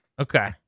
Okay